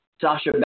Sasha